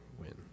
win